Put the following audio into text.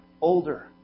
older